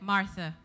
Martha